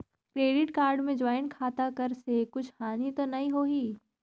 Credit card मे joint खाता कर से कुछ हानि तो नइ होही?